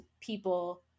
people